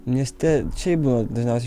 mieste šiaip būna dažniausiai